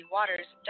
Waters